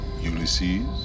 Ulysses